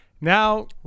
Now